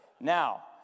Now